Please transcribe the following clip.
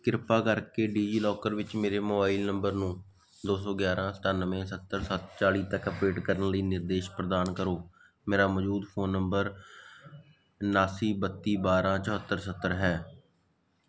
ਕਿਰਪਾ ਕਰਕੇ ਡਿਜੀਲਾਕਰ ਵਿੱਚ ਮੇਰੇ ਮੋਬਾਈਲ ਨੰਬਰ ਨੂੰ ਦੋ ਸੌ ਗਿਆਰ੍ਹਾਂ ਸਤਾਨਵੇਂ ਸੱਤਰ ਸੱਤ ਚਾਲੀ ਤੱਕ ਅੱਪਡੇਟ ਕਰਨ ਲਈ ਨਿਰਦੇਸ਼ ਪ੍ਰਦਾਨ ਕਰੋ ਮੇਰਾ ਮੌਜੂਦਾ ਫੋਨ ਨੰਬਰ ਉਨਾਸੀ ਬੱਤੀ ਬਾਰ੍ਹਾਂ ਚੁਹੱਤਰ ਸੱਤਰ ਹੈ